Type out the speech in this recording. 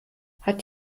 hat